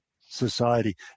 society